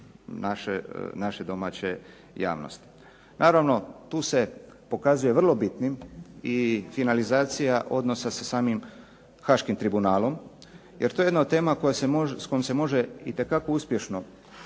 naše domaće javnosti. Naravno tu se pokazuje vrlo bitnim i finalizacija odnosa sa samim Haškim tribunalom jer to je jedna od tema s kojom se može itekako uspješno